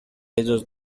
ellos